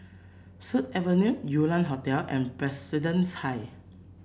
Sut Avenue Yew Lian Hotel and Presbyterian High